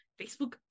Facebook